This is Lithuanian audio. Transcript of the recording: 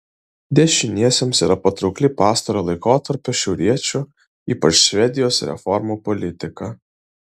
dešiniesiems yra patraukli pastarojo laikotarpio šiauriečių ypač švedijos reformų politika